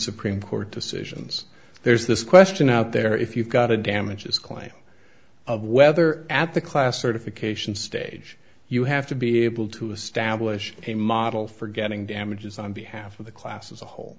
supreme court decisions there's this question out there if you've got a damages claim of whether at the classification stage you have to be able to establish a model for getting damages on behalf of the class as a whole